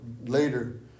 later